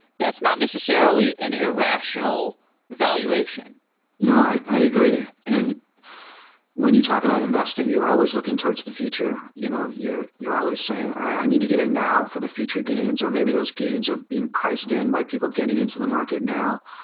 that's not necessarily an irrational valuation no. i agree, and when you talk about investing, you're always looking towards the future. you know you're you're always saying, all right. i need to get in now for the future gains, or maybe those gains are being priced in by people getting into the market now.